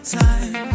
time